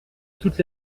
toutes